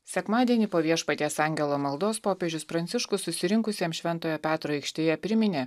sekmadienį po viešpaties angelo maldos popiežius pranciškus susirinkusiems šventojo petro aikštėje priminė